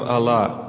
Allah